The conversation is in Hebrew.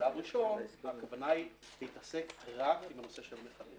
בשלב הראשון הכוונה היא להתעסק רק בנושא של המכליות.